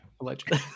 Allegedly